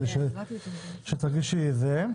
ככה: